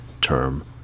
term